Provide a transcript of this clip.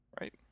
right